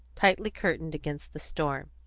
tightly curtained against the storm.